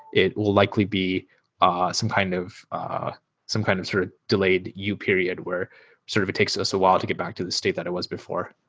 it will likely be ah some kind of kind of sort of delayed u period where sort of it takes us a while to get back to the state that it was before.